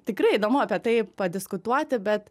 tikrai įdomu apie tai padiskutuoti bet